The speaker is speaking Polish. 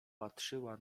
patrzyła